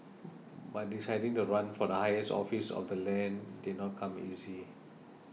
but deciding to run for the highest office of the land did not come easy